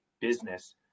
business